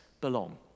belong